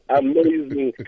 amazing